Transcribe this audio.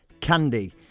candy